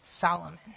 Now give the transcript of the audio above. Solomon